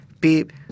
beep